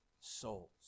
souls